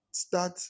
Start